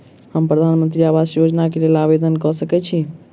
हम प्रधानमंत्री आवास योजना केँ लेल आवेदन कऽ सकैत छी?